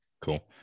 Cool